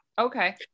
okay